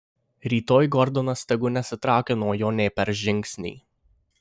rytoj gordonas tegu nesitraukia nuo jo nė per žingsnį